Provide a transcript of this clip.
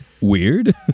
weird